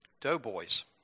Doughboys